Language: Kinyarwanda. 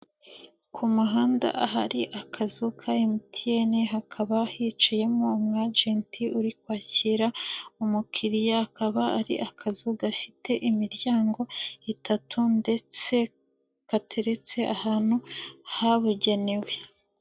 Ku muhanda ahari akazu ka MTN, hakaba hicayemo umwajenti uri kwakira umukiriya, akaba ari akazu gafite imiryango itatu ndetse gateretse ahantu habugenewe.